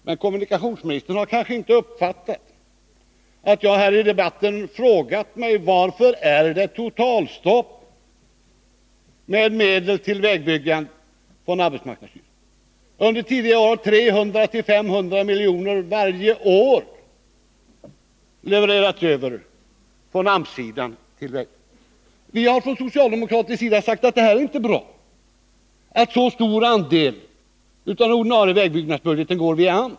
Men kommunikationsministern har kanske inte uppfattat att jag här i debatten frågat varför det är totalstopp när det gäller medel till vägbyggande från arbetsmarknadsstyrelsen. Tidigare har varje år 300-500 miljoner levererats över från AMS till vägverket. Vi har från socialdemokratisk sida sagt att det inte är bra att en så stor andel av den ordinarie vägbyggnadsbudgeten går via AMS.